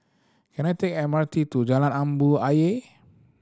can I take M R T to Jalan Ayer